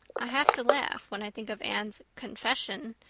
i have to laugh when i think of anne's confession,